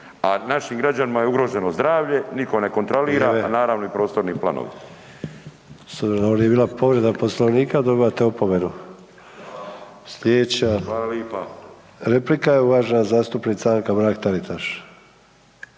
a našim građanima je ugroženo zdravlje, niko ne kontrolira, a naravno i prostorni planovi.